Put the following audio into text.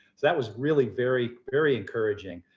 that was really very very encouraging.